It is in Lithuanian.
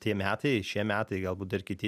tie metai šie metai galbūt dar kiti